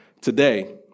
today